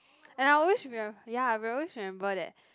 and I always reme~ ya I will be always remember that